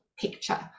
picture